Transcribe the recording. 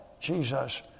Jesus